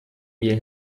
mir